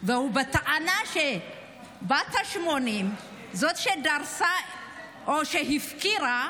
בטענה שבת ה-80, זאת שדרסה או הפקירה,